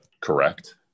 correct